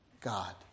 God